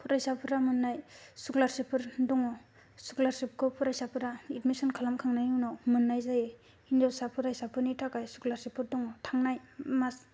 फरायसाफोरा मोननाय स्क'लारशिपफोर दङ स्क'लारशिपखौ फरायसाफ्रा एडमिसन खालाम खांनायनि उनाव मोननाय जायो हिन्जावसा फरायसाफोरनि थाखाय स्क'लारशिपफोर दङ थांनाय मास